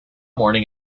morning